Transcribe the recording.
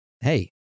hey